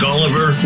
Oliver